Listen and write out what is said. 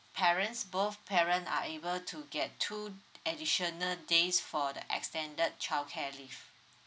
parents both parents are able to get two additional days for the extended childcare leave